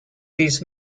these